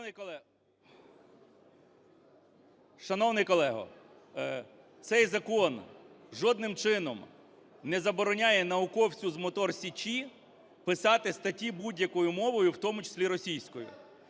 шановний колего, цей закон жодним чином не забороняє науковцю з "Мотор Січі" писати статті будь-якою мовою, в тому числі російською.